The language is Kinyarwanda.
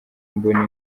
mbona